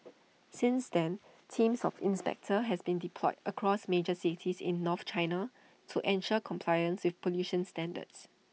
since then teams of inspectors have been deployed across major cities in north China to ensure compliance with pollution standards